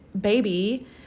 baby